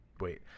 Wait